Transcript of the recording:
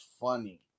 funny